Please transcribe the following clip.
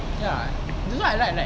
ya that's why I like like